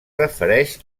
refereix